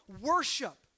worship